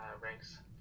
ranks